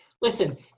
listen